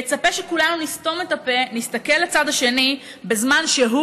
ומצפה שכולנו נסתום את הפה ונסתכל לצד השני בזמן שהוא